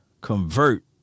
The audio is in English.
convert